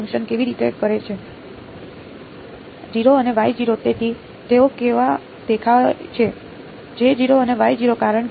આ ફંકશન કેવી રીતે કરે છે અને તેઓ કેવા દેખાય છે